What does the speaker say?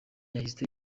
yahise